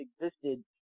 existed